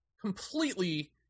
completely